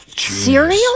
Cereal